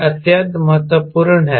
यह अत्यंत महत्वपूर्ण है